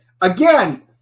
again